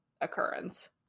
occurrence